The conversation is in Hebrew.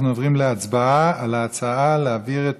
אנחנו עוברים להצבעה על ההצעה להעביר את